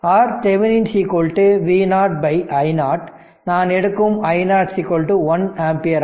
RThevenin V0 i0 நான் எடுக்கும் i0 1 ampere